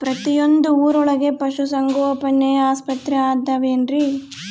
ಪ್ರತಿಯೊಂದು ಊರೊಳಗೆ ಪಶುಸಂಗೋಪನೆ ಆಸ್ಪತ್ರೆ ಅದವೇನ್ರಿ?